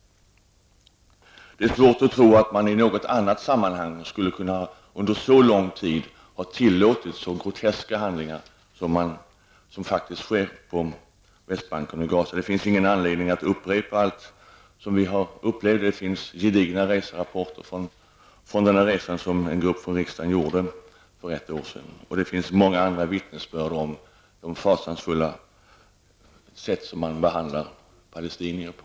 Det är svårt att tro att man i något annat sammanhang under så lång tid skulle ha tillåtit så groteska handlingar som faktiskt sker på Västbanken och i Gaza. Det finns ingen anledning att upprepa allt som vi har upplevt, eftersom det finns gedigna reserapporter från den resa som en grupp från riksdagen gjorde för ett år sedan och många andra vittnesbörd om den fasansfulla behandlingen av palestinier.